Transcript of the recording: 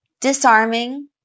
disarming